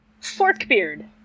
Forkbeard